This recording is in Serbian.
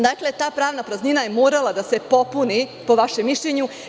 Dakle, ta pravna praznina je morala da se popuni, po vašem mišljenju.